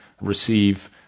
receive